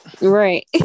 Right